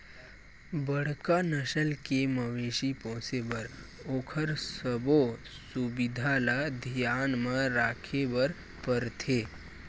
बड़का नसल के मवेशी पोसे बर ओखर सबो सुबिधा ल धियान म राखे बर परथे